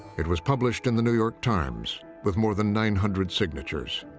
it was published in the new york times with more than nine hundred signatures.